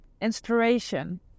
inspiration